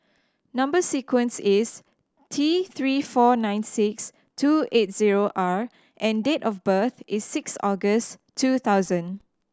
number sequence is T Three four nine six two eight zero R and date of birth is six August two thousand